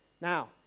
Now